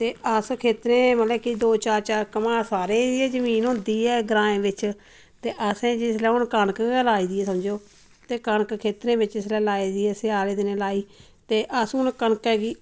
ते अस खेत्तरें मतलब कि दो चार चार कम्हां सारें दी जमीन होंदी ऐ ग्राएं बिच ते असें जिसलै हुन कनक गै लाई दी ऐ समझो ते कनक खेत्तरें बिच इसलै लाई दी ऐ स्याले दिनें लाई ते अस हुन कनके दी